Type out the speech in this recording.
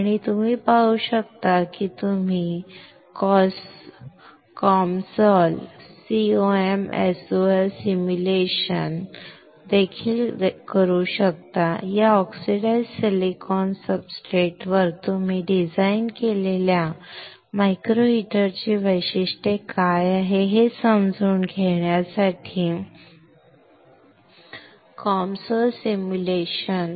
आणि तुम्ही पाहू शकता की तुम्ही COMSOL सिम्युलेशन देखील करू शकता या oxidized silicon substrate oxidized silicon substrateवर तुम्ही डिझाइन केलेल्या मायक्रो हीटर ची वैशिष्ट्ये काय आहेत हे समजून घेण्यासाठी COMSOL सिम्युलेशन